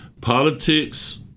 politics